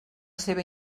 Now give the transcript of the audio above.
seva